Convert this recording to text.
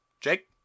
Jake